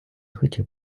хотів